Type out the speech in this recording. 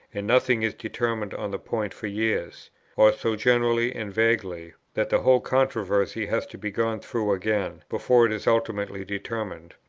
and nothing is determined on the point for years or so generally and vaguely, that the whole controversy has to be gone through again, before it is ultimately determined.